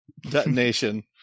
detonation